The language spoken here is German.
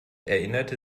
erinnerte